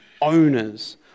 owners